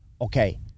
okay